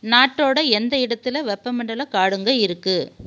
நாட்டோட எந்த இடத்ததில் வெப்பமண்டல காடுங்கள் இருக்குது